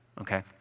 okay